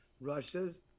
russia's